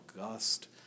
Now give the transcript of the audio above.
august